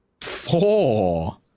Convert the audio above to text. Four